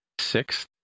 sixth